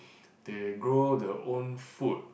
they grow the own food